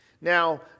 Now